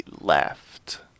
left